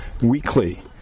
weekly